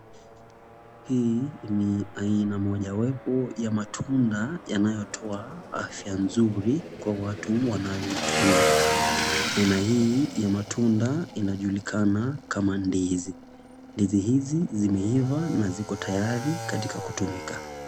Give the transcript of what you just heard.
Hii ni mojawapo ya m,atunda yanayotoa afya nzuri kwa watu wanaoitumia. Aina hii ya matunda inajulikana kama ndizi. Ndizi hizi zimeiva na ziko tayari katika kutumika.